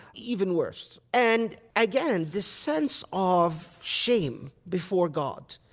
even worse. and, again, this sense of shame before god,